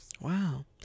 Wow